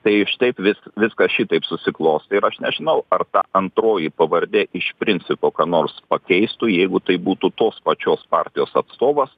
tai šitaip vis viskas šitaip susiklostė ir aš nežinau ar ta antroji pavardė iš principo ką nors pakeistų jeigu tai būtų tos pačios partijos atstovas